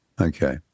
Okay